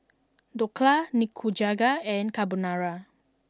Dhokla Nikujaga and Carbonara